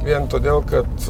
vien todėl kad